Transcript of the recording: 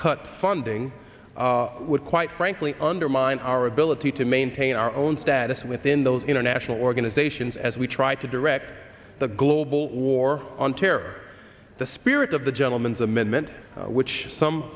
cut funding would quite frankly undermine our ability to maintain our own status within those international organizations as we try to direct the global war on terror the spirit of the gentleman's amendment which some